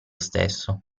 stesso